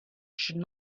should